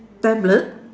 tablet